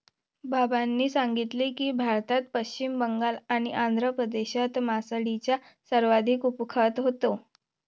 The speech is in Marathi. बाबांनी सांगितले की, भारतात पश्चिम बंगाल आणि आंध्र प्रदेशात मासळीचा सर्वाधिक खप होतो